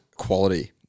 quality